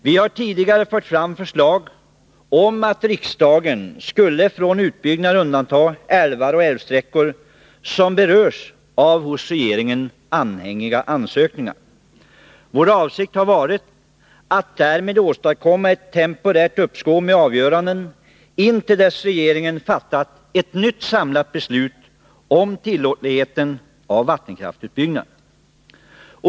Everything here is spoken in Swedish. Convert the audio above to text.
Vi har tidigare fört fram förslag om att riksdagen skulle undanta från utbyggnad de älvar och älvsträckor som berörs av hos regeringen anhängiggjorda ansökningar. Vår avsikt har varit att därmed åstadkomma ett temporärt uppskov med avgörandet till dess att regeringen fattat ett nytt samlat beslut om tillåtligheten i fråga om vattenkraftsutbyggnad.